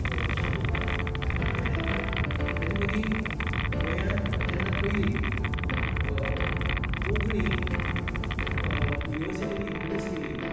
शिकोवपाक मेळ्ळें ताचे मदीं गोंयात जेन्ना पयली कोंकणी युनिवर्सिटिनीं इट्रॉड्युस केल्ली